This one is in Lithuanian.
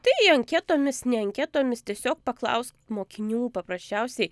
tai anketomis ne anketomis tiesiog paklausk mokinių paprasčiausiai